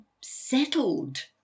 settled